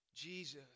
Jesus